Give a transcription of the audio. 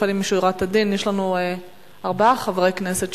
לפנים משורת הדין יש לנו ארבעה חברי כנסת: